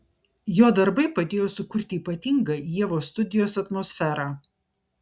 jo darbai padėjo sukurti ypatingą ievos studijos atmosferą